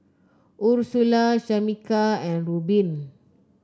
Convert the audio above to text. Ursula Shamika and Reubin